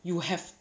you have